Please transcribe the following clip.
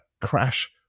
crash